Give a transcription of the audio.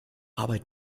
arbeit